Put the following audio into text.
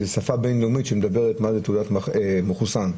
שפה בין-לאומית שמדברת על תעודת מחוסן.